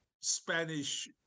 Spanish